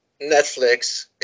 Netflix